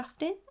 crafting